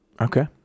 Okay